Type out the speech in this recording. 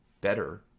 better